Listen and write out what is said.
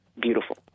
Beautiful